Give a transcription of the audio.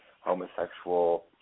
homosexual